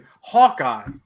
Hawkeye